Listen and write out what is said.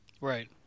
Right